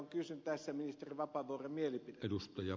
kysyn tästä ministeri vapaavuoren mielipidettä